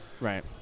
Right